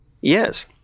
yes